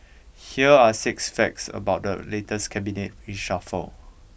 here are six facts about the latest Cabinet reshuffle